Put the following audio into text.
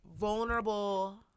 vulnerable